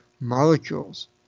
molecules